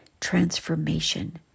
transformation